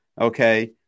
okay